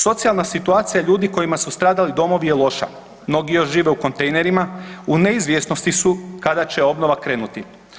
Socijalna situacija ljudi kojima su stradali domovi je loša, mnogi još žive u kontejnerima u neizvjesnosti su kada će obnova krenuti.